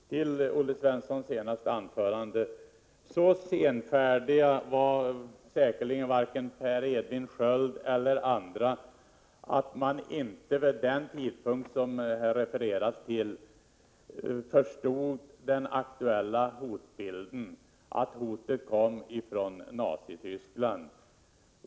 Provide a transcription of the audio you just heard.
Fru talman! Med anledning av Olle Svenssons senaste anförande vill jag säga att så senfärdig var säkerligen varken Per Edvin Sköld eller andra regeringsledamöter att de inte vid den tidpunkt som vi här talat om förstod den aktuella hotbilden, dvs. att hotet kom från Nazityskland.